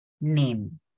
name